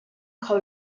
kho